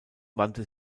wandte